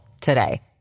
today